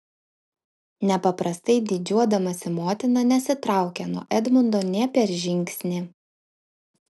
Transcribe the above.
nepaprastai didžiuodamasi motina nesitraukė nuo edmundo nė per žingsnį